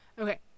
okay